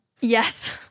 Yes